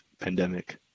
pandemic